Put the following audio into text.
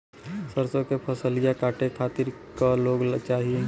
सरसो के फसलिया कांटे खातिन क लोग चाहिए?